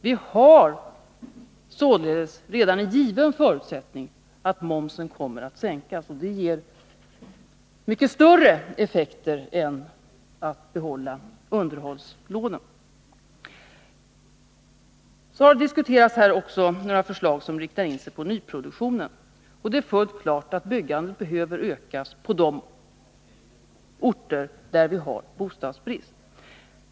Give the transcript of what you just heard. Vi har således redan en given förutsättning: momsen kommer att sänkas, och den sänkningen kommer att ge mycket större effekter än det skulle bli om man behöll underhållslånen. Här har också diskuterats några förslag som riktar in sig på nyproduktionen. Det är fullt klart att byggandet behöver ökas på de orter där vi har bostadsbrist.